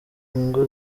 ingo